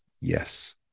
Yes